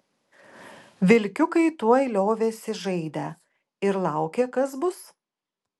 vilkiukai tuoj liovėsi žaidę ir laukė kas bus